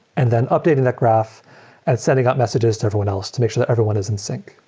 and then updating that graph at sending up messages to everyone else to make sure that everyone is in sync.